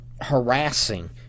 harassing